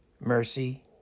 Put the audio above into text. mercy